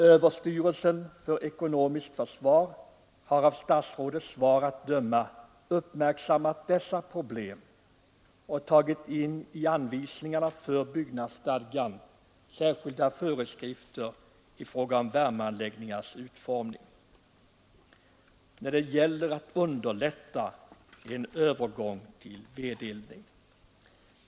Överstyrelsen för ekonomiskt försvar har av statsrådets svar att döma uppmärksammat dessa problem och i anvisningarna till byggnadsstadgan tagit in särskilda föreskrifter i fråga om värmeanläggningars utformning när det gäller att underlätta en övergång till vedeldning.